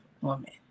woman